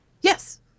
Yes